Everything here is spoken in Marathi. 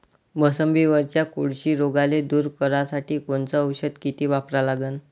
मोसंबीवरच्या कोळशी रोगाले दूर करासाठी कोनचं औषध किती वापरा लागन?